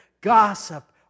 Gossip